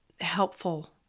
helpful